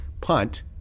punt